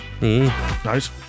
Nice